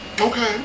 Okay